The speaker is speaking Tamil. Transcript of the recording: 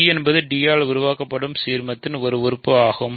b என்பது d ஆல் உருவாக்கப்படும் சீர்மத்தின் ஒரு உறுப்பு ஆகும்